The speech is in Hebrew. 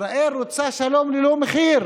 ישראל רוצה שלום ללא מחיר,